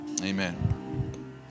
Amen